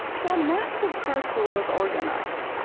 so a massive carpool was organized,